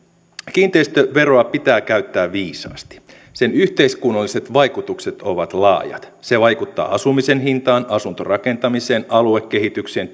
kiinteistöveroa pitää käyttää viisaasti sen yhteiskunnalliset vaikutukset ovat laajat se vaikuttaa asumisen hintaan asuntorakentamiseen aluekehitykseen